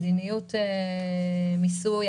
מדיניות מיסוי,